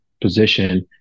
position